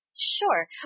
Sure